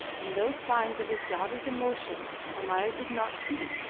and those signs of his daughter's emotion almayer did not see,